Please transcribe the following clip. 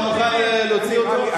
אתה מוכן להוציא אותו?